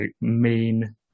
main